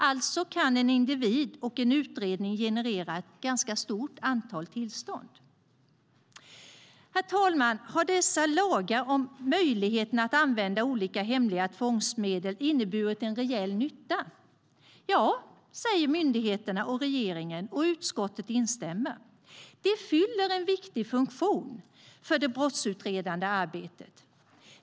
Alltså kan en individ och en utredning generera ett ganska stort antal tillstånd. Herr talman! Har dessa lagar om möjligheten att använda olika hemliga tvångsmedel inneburit en reell nytta? Ja, säger myndigheterna och regeringen, och utskottet instämmer. De fyller en viktig funktion för det brottsutredande arbetet.